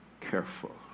careful